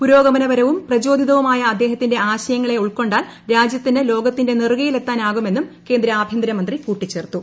പുരോഗമനപരവും പ്രചോദിതവുമായ അദ്ദേഹത്തിന്റെ ആശയങ്ങളെ ഉൾക്കൊണ്ടാൽ രാജ്യത്തിന് ലോകത്തിന്റെ നെറുകയിലെത്താനാകുമെന്നും കേന്ദ്ര ആഭൃന്തരമന്ത്രി കൂട്ടിച്ചേർത്തു